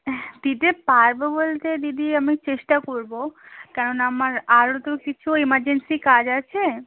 দিতে পারব বলতে দিদি আমি চেষ্টা করব কেন না আমার আরও তো কিছু এমার্জেন্সি কাজ আছে